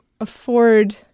afford